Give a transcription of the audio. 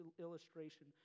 illustration